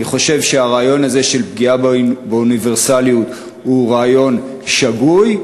אני חושב שהרעיון הזה של פגיעה באוניברסליות הוא רעיון שגוי.